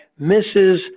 Mrs